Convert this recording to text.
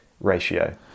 ratio